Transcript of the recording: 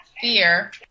fear